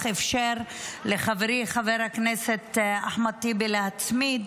אפשר לחברי חבר הכנסת אחמד טיבי להצמיד.